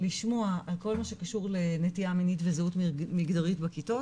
לשמוע על כל מה שקשור לנטייה מינית וזהות מגדרית בכיתות